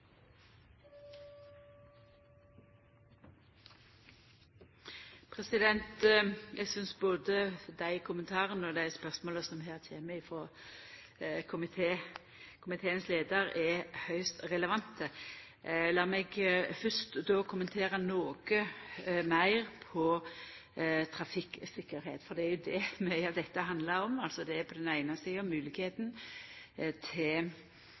Eg synest både dei kommentarane og dei spørsmåla som her kjem frå komitéleiaren, er høgst relevante. Lat meg fyrst kommentera noko meir når det gjeld trafikktryggleik, for det er jo det mykje av dette handlar om. Det er på den eine sida høvet til